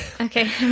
Okay